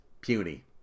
puny